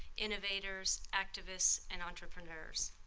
innovators, activists, and entrepreneurs.